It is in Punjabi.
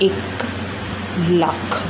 ਇੱਕ ਲੱਖ